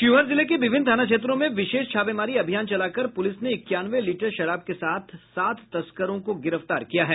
शिवहर जिले के विभिन्न थाना क्षेत्रों में विशेष छापेमारी अभियान चलाकर पुलिस ने इक्यानवे लीटर शराब के साथ सात तस्करों को गिरफ्तार किया है